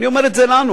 ואני אומר את זה לנו,